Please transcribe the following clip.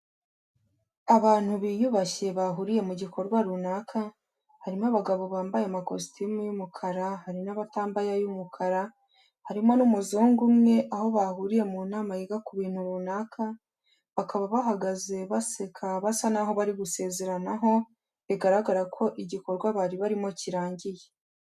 Abantu biyubashye bahuriye mu gikorwa runaka, harimo abagabo bambaye amakositimu y'umukara hari n'abatambaye ay'umukara, harimo n'umuzungu umwe aho bahuriye mu nama yiga ku bintu runaka, bakaba bahagaze baseka basa naho bari gusezeranaho bigaragara ko igikorwa bari barimo kirangiye.